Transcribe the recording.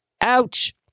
Ouch